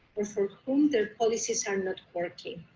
or for whom the policies are not working.